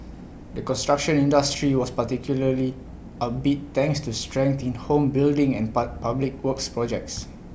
the construction industry was particularly upbeat thanks to strength in home building and pub public works projects